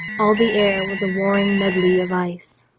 all the air was a warring medley of ice.